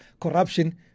corruption